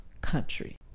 country